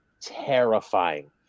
terrifying